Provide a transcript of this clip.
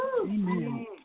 Amen